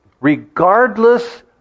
Regardless